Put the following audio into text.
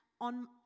on